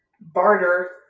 barter